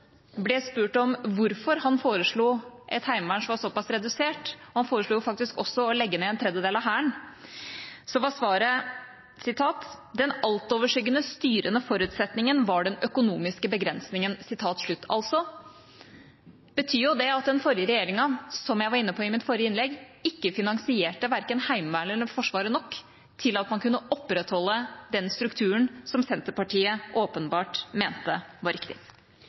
ble spurt om hvorfor han foreslo et heimevern som var så pass redusert – han foreslo faktisk også å legge ned en tredjedel av Hæren – var svaret: «Den altoverskyggende, styrende forutsetningen var den økonomiske begrensningen.» Det betyr jo at den forrige regjeringa, som jeg var inne på i mitt forrige innlegg, ikke finansierte verken Heimevernet eller Forsvaret nok til at man kunne opprettholde den strukturen som Senterpartiet åpenbart mente var riktig.